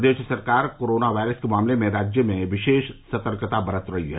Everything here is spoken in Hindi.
प्रदेश सरकार कोरोना वायरस मामले में राज्य में विशेष सतर्कता बरत रही है